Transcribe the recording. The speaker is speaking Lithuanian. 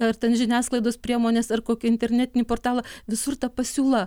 ar ten žiniasklaidos priemonės ar kokį internetinį portalą visur ta pasiūla